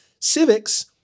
civics